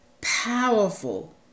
powerful